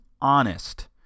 honest